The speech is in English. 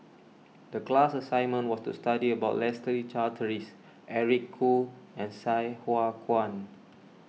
the class assignment was to study about Leslie Charteris Eric Khoo and Sai Hua Kuan